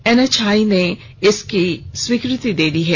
NHI ने इसकी स्वीकृति दे दी है